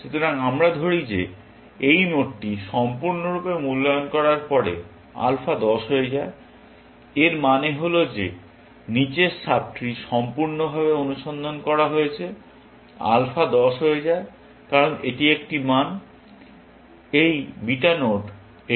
সুতরাং আমরা ধরি যে এই নোডটি সম্পূর্ণরূপে মূল্যায়ন করার পরে আলফা 10 হয়ে যায় এর মানে হল যে নীচের সাব ট্রি সম্পূর্ণভাবে অনুসন্ধান করা হয়েছে আলফা 10 হয়ে যায় কারণ এটি একটি মান এই বিটা নোড এটিকে দিচ্ছে